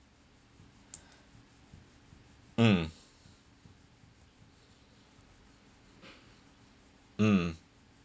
mm mm